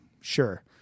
sure